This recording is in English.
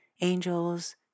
angels